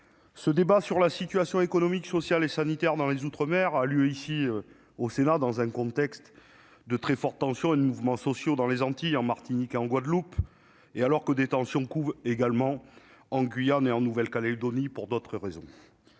ce débat sur la situation économique, sociale et sanitaire dans les outre-mer a lieu ici, au Sénat, dans un contexte de très forte tension, avec des mouvements sociaux dans les Antilles, en Martinique et en Guadeloupe, et alors que des tensions couvent également en Guyane et en Nouvelle-Calédonie, pour d'autres raisons.